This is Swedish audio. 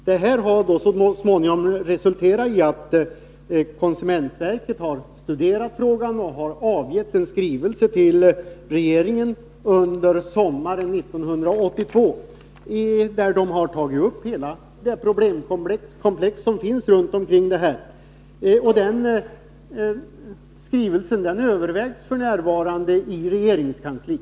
Detta har så småningom resulterat i att konsumentverket har studerat frågan och avgett en skrivelse till regeringen under sommaren 1982 där verket har tagit upp hela problemkomplexet kring denna fråga. Den skrivelsen övervägs f.n. i regeringskansliet.